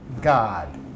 God